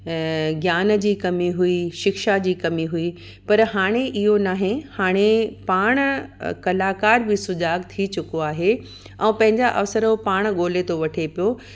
ज्ञान जी कमी हुई शिक्षा जी कमी हुई पर हाणे इहो न आहे हाणे पाण कलाकार बि सुजाॻ थी चुको आहे ऐं पंहिंजा अवसर उहो पाण ॻोल्हे थो वठे पियो